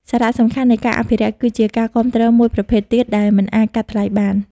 សារៈសំខាន់នៃការអភិរក្ស គឺជាការគាំទ្រមួយប្រភេទទៀតដែលមិនអាចកាត់ថ្លៃបាន។